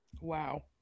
wow